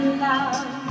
love